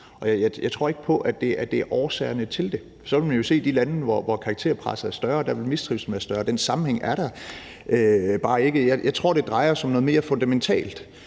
Jeg tror ikke på, at det er årsagen til det. Så ville man jo se i de lande, hvor karakterpresset er større, at der ville mistrivslen være større, og den sammenhæng er der bare ikke. Jeg tror, det drejer sig om noget mere fundamentalt;